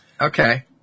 Okay